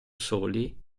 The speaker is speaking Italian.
soli